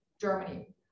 Germany